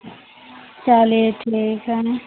चलिए ठीक है